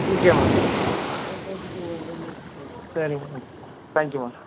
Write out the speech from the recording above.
okay ma'am சரி ma'am thank you ma'am